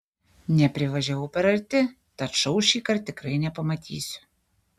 neprivažiavau per arti tad šou šįkart tikrai nepamatysiu